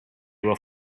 were